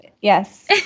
Yes